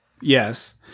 Yes